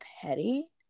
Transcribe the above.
petty